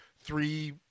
three